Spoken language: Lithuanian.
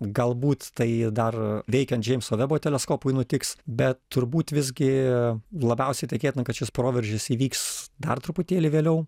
galbūt tai dar veikiant džeimso vebo teleskopui nutiks bet turbūt visgi labiausiai tikėtina kad šis proveržis įvyks dar truputėlį vėliau